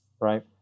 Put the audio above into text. right